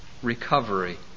Recovery